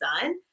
done